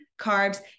carbs